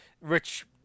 rich